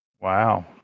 Wow